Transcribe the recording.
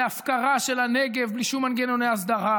להפקרה של הנגב בלי שום מנגנוני הסדרה,